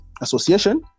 association